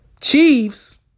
Chiefs